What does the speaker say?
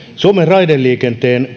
raideliikenteen